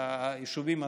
ביישובים הדרוזיים.